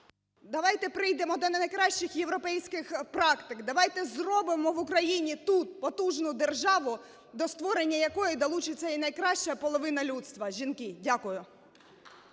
Давайте прийдемо до найкращих європейських практик, давайте зробимо в Україні тут потужну державу, до створення якої долучиться і найкраща половина людства – жінки. Дякую.